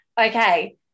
Okay